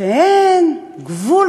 שכבר אין גבול